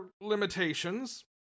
limitations